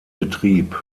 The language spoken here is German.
betrieb